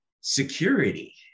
security